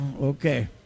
Okay